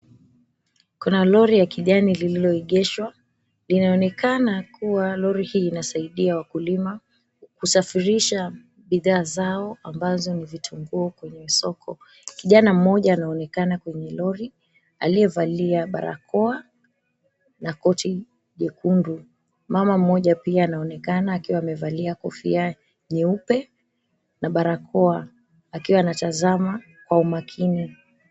Kuna lori ya kijani lililoegeshwa, linaonekana kuwa lori hii inasaidia wakulima kusafirisha bidhaa zao ambazo ni vitunguu kwenye soko. Kijana mmoja ameonekana kwenye lori, aliyevalia barakoa na koti jekundu. Mama mmoja pia anaonekana, akiwa amevalia kofia nyeupe na barakoa, akiwa anatazama kwa umakini.